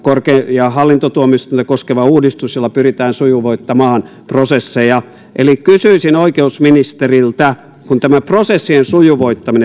hallintotuomioistuinta koskeva uudistus jolla pyritään sujuvoittamaan prosesseja eli kysyisin oikeusministeriltä tästä prosessien sujuvoittamisesta niin